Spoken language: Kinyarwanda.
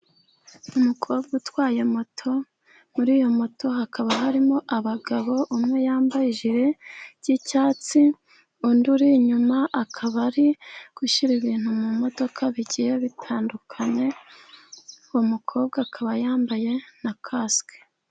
Umukobwa utwaye moto, muri iyo moto hakaba harimo abagabo, umwe yambaye ijiri ry'icyatsi, undi uri inyuma akaba ari gushyira ibintu mu modoka bigiye bitandukanye, uwo mukobwa akaba yambaye na kasike.